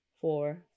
four